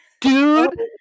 dude